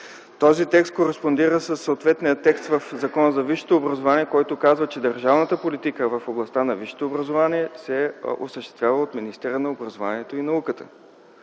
Този текст кореспондира със съответния текст в Закона за висшето образование, който казва, че държавната политика в областта на висшето образование се осъществява от министъра на образованието и науката.